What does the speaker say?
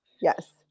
Yes